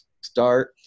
start